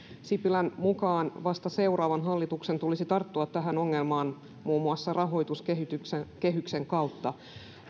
sipilän mukaan vasta seuraavan hallituksen tulisi tarttua tähän ongelmaan muun muassa rahoituskehyksen kautta